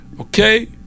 okay